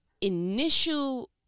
initial